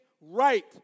right